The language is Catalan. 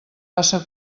passa